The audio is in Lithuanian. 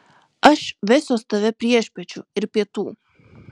aš vesiuos tave priešpiečių ir pietų